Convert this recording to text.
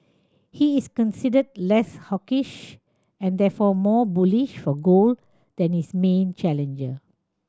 he is considered less hawkish and therefore more bullish for gold than his main challenger